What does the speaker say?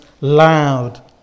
loud